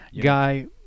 guy